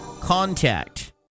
contact